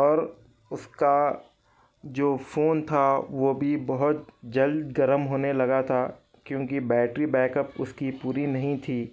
اور اس کا جو فون تھا وہ بھی بہت جلد گرم ہونے لگا تھا کیونکہ بیٹری بیک اپ اس کی پوری نہیں تھی